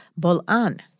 bol'an